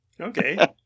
Okay